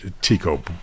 Tico